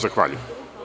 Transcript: Zahvaljujem.